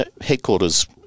headquarters